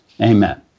amen